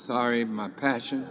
sorry my passion